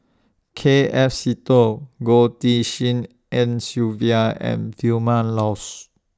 K F Seetoh Goh Tshin En Sylvia and Vilma Laus